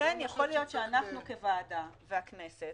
לכן יכול להיות שאנחנו כוועדה והכנסת